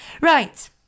Right